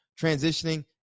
transitioning